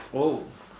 oh